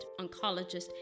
oncologist